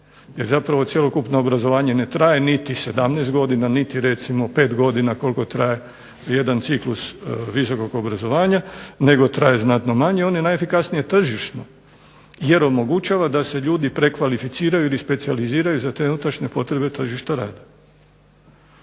jer zapravo cjelokupno obrazovanje ne traje niti 17 godina, niti recimo 5 godina koliko traje jedan ciklus visokog obrazovanja, nego traje znatno manje, on je najefikasniji tržišno jer omogućuje da se ljudi prekvalificiraju ili specijaliziraju za trenutačne potrebe tržišta rada.